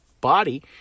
body